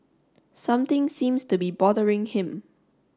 something seems to be bothering him